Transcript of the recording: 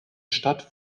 stadt